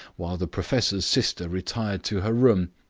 while the professor's sister retired to her room,